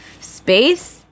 space